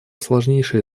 сложнейшие